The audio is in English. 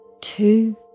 two